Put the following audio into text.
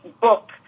book